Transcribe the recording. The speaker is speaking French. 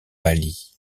pâli